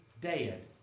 dead